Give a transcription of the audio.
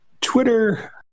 twitter